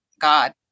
God